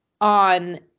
on